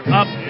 up